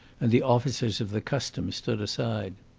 and the officers of the customs stood aside.